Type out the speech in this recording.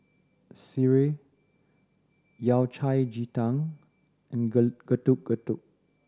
Sireh Yao Cai Ji Tang and Getuk Getuk